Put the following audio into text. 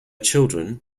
children